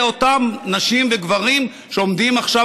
אלה אותם נשים וגברים שעומדים עכשיו